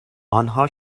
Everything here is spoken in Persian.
آنها